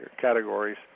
categories